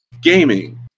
gaming